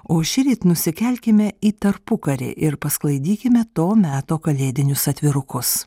o šįryt nusikelkime į tarpukarį ir pasklaidykime to meto kalėdinius atvirukus